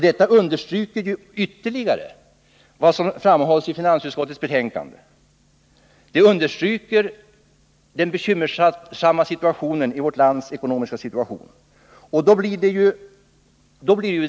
Detta understryker ytterligare vad som framhålls i finansutskottets betänkande, nämligen den bekymmersamma situation som vårt lands ekonomi befinner sig i.